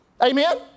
Amen